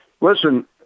listen